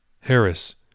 Harris